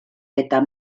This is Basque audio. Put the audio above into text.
eta